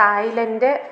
Thailand